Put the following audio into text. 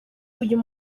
uyu